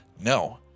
No